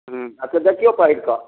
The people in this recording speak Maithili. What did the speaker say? हूँ अच्छा देखियौ पहिर कऽ